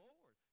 Lord